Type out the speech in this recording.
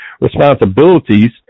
responsibilities